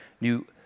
new